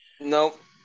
Nope